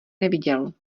neviděl